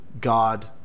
God